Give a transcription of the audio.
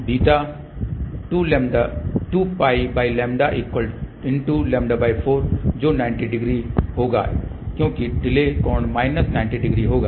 तो β 2πλ×λ4 जो 90 डिग्री होगा क्योंकि डिले कोण माइनस 90 डिग्री होगा